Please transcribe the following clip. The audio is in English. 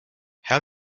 how